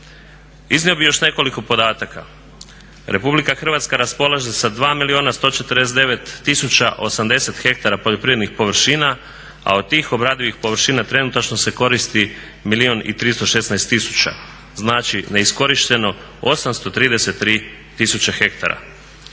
Iznio bih još nekoliko podataka. RH raspolaže sa 2 milijuna 149 tisuća 80 ha poljoprivrednih površina, a od tih obradivih površina trenutačno se koristi milijun i 316 tisuća. Znači ne iskorišteno 833 tisuće ha.